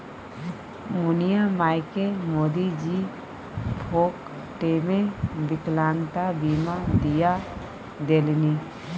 मुनिया मायकेँ मोदीजी फोकटेमे विकलांगता बीमा दिआ देलनि